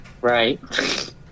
Right